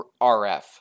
RF